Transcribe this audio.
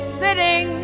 sitting